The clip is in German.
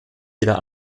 wieder